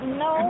no